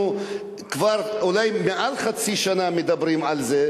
שכבר מעל חצי שנה אנחנו מדברים עליו,